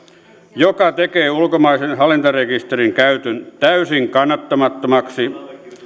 joka tekee ulkomaisen hallintarekisterin käytön täysin kannattamattomaksi